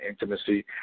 intimacy